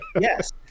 Yes